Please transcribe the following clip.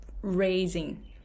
raising